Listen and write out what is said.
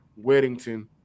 weddington